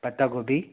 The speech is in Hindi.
पत्ता गोभी